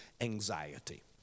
anxiety